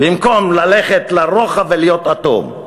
במקום ללכת לרוחב ולהיות אטום.